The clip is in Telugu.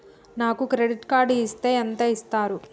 నాకు క్రెడిట్ కార్డు ఇస్తే ఎంత ఇస్తరు?